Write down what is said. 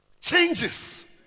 changes